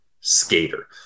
skater